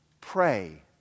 Pray